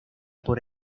por